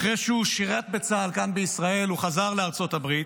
אחרי שהוא שירת בצה"ל כאן בישראל הוא חזר לארצות הברית,